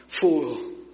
Fool